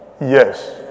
Yes